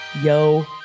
yo